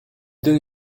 donne